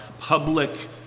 Public